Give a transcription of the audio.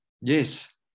Yes